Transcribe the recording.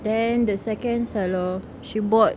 then the second seller she bought